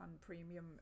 premium